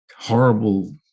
Horrible